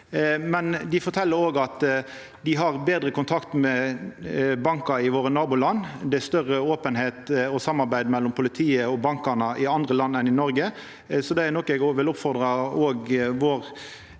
Dei fortel òg at dei har betre kontakt med bankar i våre naboland, og at det er større openheit og samarbeid mellom politiet og bankane i andre land enn i Noreg. Det er noko eg vil oppfordra